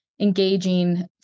engaging